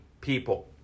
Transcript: people